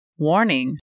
Warning